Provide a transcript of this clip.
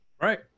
Right